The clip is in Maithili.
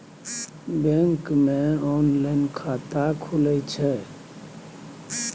बैंक मे ऑनलाइन खाता खुले छै?